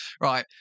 right